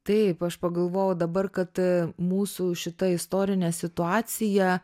taip aš pagalvojau dabar kad mūsų šita istorinė situacija